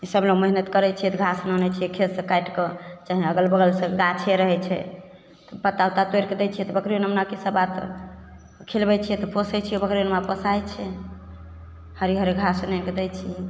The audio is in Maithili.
ईसबमे मेहनति करै छिए तऽ घास आनै छिए खेतसे काटिके चाहे अगल बगलसे गाछे रहै छै पत्ता वत्ता तोड़िके दै छिए तऽ बकरी नेमनाके ईसब पात खिलबै छिए तऽ पोसै छिए बकरी नेमना पोसाइ छै हरिअरी घास आनिके दै छिए